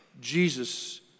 Jesus